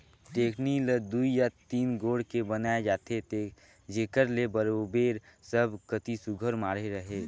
टेकनी ल दुई या तीन गोड़ के बनाए जाथे जेकर ले बरोबेर सब कती सुग्घर माढ़े रहें